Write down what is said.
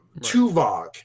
Tuvok